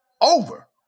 over